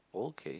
okay